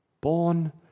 born